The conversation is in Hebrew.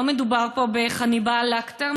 לא מדובר פה בחניבעל לקטר,